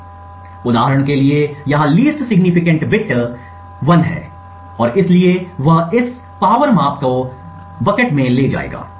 इसलिए उदाहरण के लिए यहाँ लिस्ट सिग्निफिकेंट बिट बिट 1 है और इसलिए वह इस शक्ति माप को बाल्टी में ले जाएगा